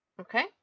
Okay